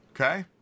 Okay